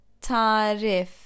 tarif